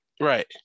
right